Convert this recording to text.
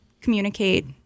communicate